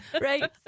right